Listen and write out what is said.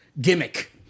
gimmick